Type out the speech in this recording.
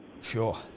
Sure